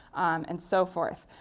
and so forth.